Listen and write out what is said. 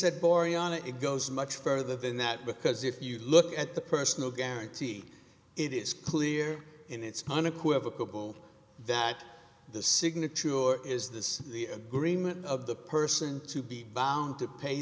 borean it goes much further than that because if you look at the personal guarantee it is clear in its unequivocal that the signature is this the agreement of the person to be bound to pay